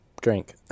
drink